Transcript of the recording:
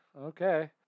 okay